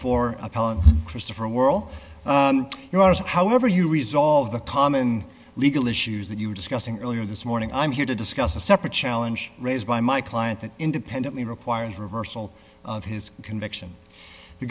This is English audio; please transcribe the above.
for apollo christopher world you are so however you resolve the common legal issues that you were discussing earlier this morning i'm here to discuss a separate challenge raised by my client that independently requires reversal of his conviction the